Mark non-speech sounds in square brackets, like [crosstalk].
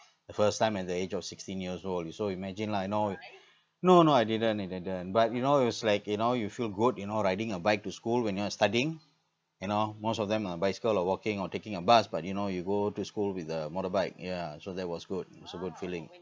first time at the age of sixteen years old so imagine lah you know [breath] no no I didn't I didn't but you know it was like you know you feel good you know riding a bike to school when you're studying you know most of them are bicycle or walking or taking a bus but you know you go to school with a motorbike yeah so that was good it's a good feeling